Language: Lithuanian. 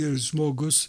jei žmogus